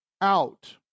out